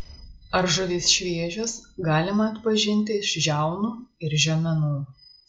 ar žuvys šviežios galima atpažinti iš žiaunų ir žiomenų